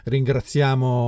Ringraziamo